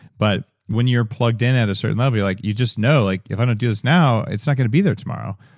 but when you're plugged in at a certain level, you like you just know like, if i don't do this now, it's not going to be there tomorrow.